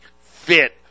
fit